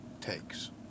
Takes